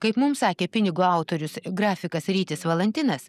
kaip mums sakė pinigo autorius grafikas rytis valantinas